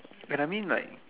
when I mean like